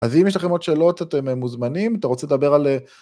אז אם יש לכם עוד שאלות, אתם מוזמנים, אתה רוצה לדבר על...